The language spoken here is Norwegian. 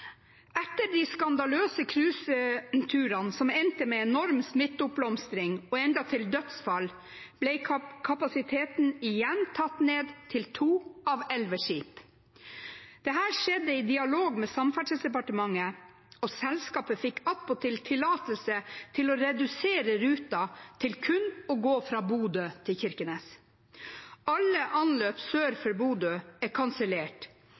Etter de skandaløse cruiseturene som endte med enorm smitteoppblomstring og endatil dødsfall, ble kapasiteten igjen tatt ned til to av elleve skip. Dette skjedde i dialog med Samferdselsdepartementet, og selskapet fikk attpåtil tillatelse til å redusere ruten til kun å gå fra Bodø til Kirkenes. Alle anløp sør for Bodø er kansellert,